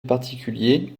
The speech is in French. particulier